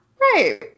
Right